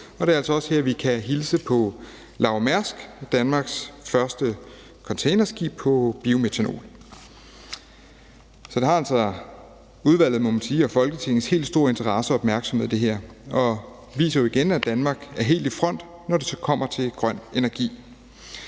Og det er altså også her, hvor vi kan hilse på Laura Mærsk, Danmarks første containerskib på biometanol. Så det har altså, må man sige, udvalget og Folketingets helt store interesse og opmærksomhed. Det viser jo igen, at Danmark er helt i front, når det kommer til grøn energi.